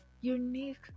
unique